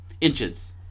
Inches